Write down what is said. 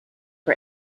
for